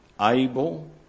able